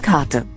Karte